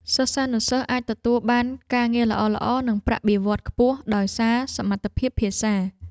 សិស្សានុសិស្សអាចទទួលបានការងារល្អៗនិងប្រាក់បៀវត្សរ៍ខ្ពស់ដោយសារសមត្ថភាពភាសា។